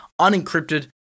unencrypted